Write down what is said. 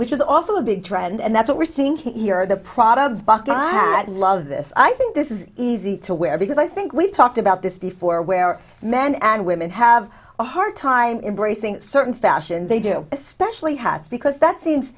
which is also a big trend and that's what we're seeing here the product of buckeye love this i think this is easy to wear because i think we've talked about this before where men and women have a hard time in bracing certain fashion they do especially hats because that seems